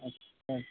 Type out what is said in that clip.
अच्छा